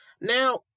Now